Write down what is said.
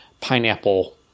pineapple